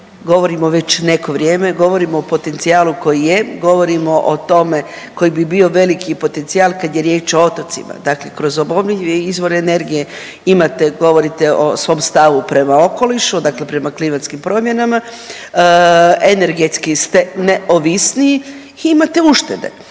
govorimo već neko vrijeme, govorimo o potencijalu koji je, govorimo o tome koji bi bio veliki potencijal kad je riječ o otocima. Dakle, kroz obnovljive izvore energije imate, govorite o svom stavu prema okolišu, dakle prema klimatskim promjenama, energetski ste neovisni i imate uštede.